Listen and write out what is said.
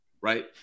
right